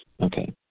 Okay